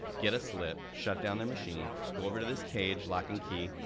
get a slip, shut down their machine, go over to this cage, lock and key,